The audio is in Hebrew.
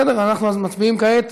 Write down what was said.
אנחנו מצביעים כעת.